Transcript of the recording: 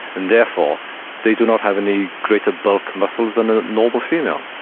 and therefore they do not have any greater bulk muscles than a normal female.